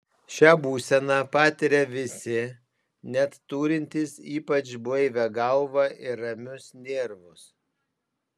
šią būseną patiria visi net turintys ypač blaivią galvą ir ramius nervus